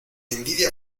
envidia